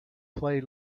play